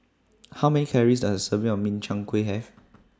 How Many Calories Does A Serving of Min Chiang Kueh Have